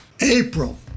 April